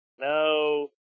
no